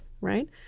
right